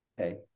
Okay